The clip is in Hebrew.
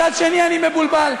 מצד שני, אני מבולבל.